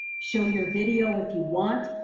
show your video if you want,